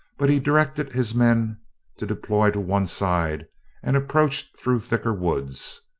but he directed his men to deploy to one side and approach through thicker woods.